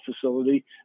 facility